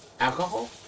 alcohol